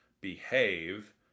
behave